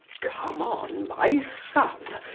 come on my son,